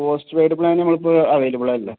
post നമ്മൾ ഇപ്പോൾ അവൈലബിളല്ല